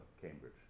Cambridge